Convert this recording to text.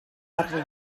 argi